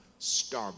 Starbucks